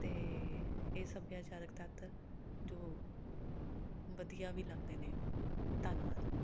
ਅਤੇ ਇਹ ਸੱਭਿਆਚਾਰਕ ਤੱਤ ਜੋ ਵਧੀਆ ਵੀ ਲੱਗਦੇ ਨੇ ਧੰਨਵਾਦ